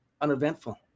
uneventful